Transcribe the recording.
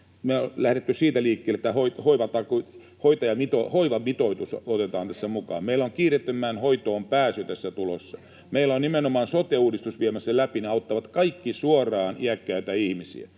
myös lähdetty liikkeelle siitä, että hoivamitoitus otetaan tässä mukaan, meillä on kiireettömään hoitoon pääsy tässä tulossa, me ollaan nimenomaan sote-uudistus viemässä läpi — nämä kaikki auttavat suoraan iäkkäitä ihmisiä.